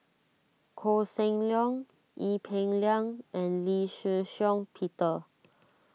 Koh Seng Leong Ee Peng Liang and Lee Shih Shiong Peter